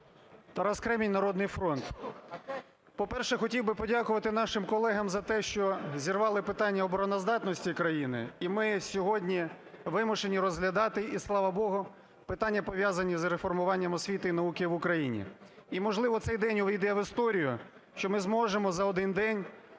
Тарас Кремінь, "Народний фронт". По-перше, хотів би подякувати нашим колегам за те, що зірвали питання обороноздатності країни, і ми сьогодні вимушені розглядати і, слава Богу, питання, пов'язанні з реформуванням освіти і науки в Україні. І можливо цей день ввійде в історію, що ми зможемо за один день